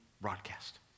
Broadcast